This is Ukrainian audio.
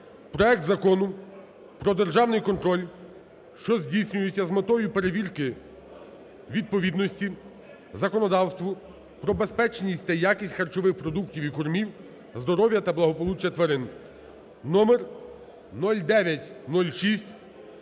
проект Закону України про державний контроль, що здійснюється з метою перевірки відповідності законодавству про безпечність та якість харчових продуктів і кормів, здоров'я та благополуччя тварин